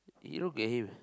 you look at him